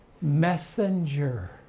messenger